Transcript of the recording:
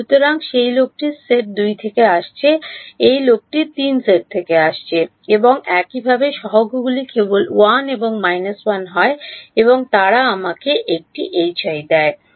সুতরাং এই লোকটি সেট 2 থেকে আসতে চলেছে এই লোকটি 3 সেট থেকে আসতে চলেছে এবং একইভাবে সহগগুলি কেবল 1 এবং 1 হয় এবং তারা আমাকে একটি দেয় Hi